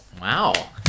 Wow